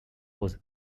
was